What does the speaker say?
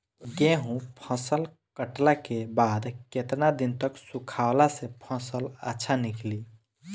गेंहू फसल कटला के बाद केतना दिन तक सुखावला से फसल अच्छा निकली?